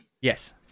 Yes